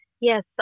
Yes